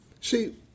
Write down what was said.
See